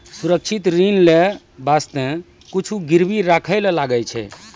सुरक्षित ऋण लेय बासते कुछु गिरबी राखै ले लागै छै